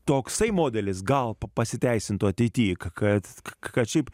toksai modelis gal pa pasiteisintų ateity kad kad šiaip